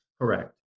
Correct